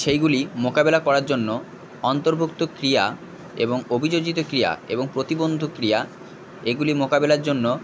সেইগুলি মোকাবিলা করার জন্য অন্তর্ভুক্ত ক্রিয়া এবং অভিযোজিত ক্রিয়া এবং প্রতিবন্ধ ক্রিয়া এগুলি মোকাবিলার জন্য